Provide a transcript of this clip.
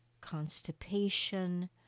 constipation